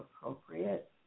appropriate